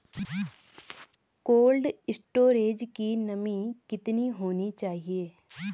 Cold storage की नमी कितनी होनी चाहिए?